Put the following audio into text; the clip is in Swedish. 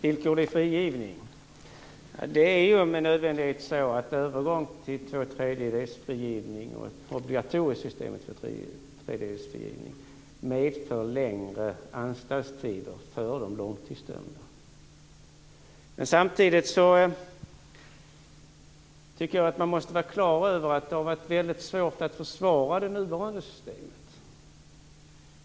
Fru talman! Med nödvändighet har en övergång till ett obligatoriskt system med tvåtredjedelsfrigivning medfört längre anstaltstider för de långtidsdömda. Man måste vara klar över att det har varit svårt att försvara det nuvarande systemet.